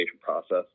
process